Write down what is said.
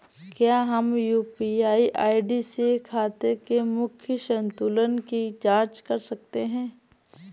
क्या हम UPI ID से खाते के मूख्य संतुलन की जाँच कर सकते हैं?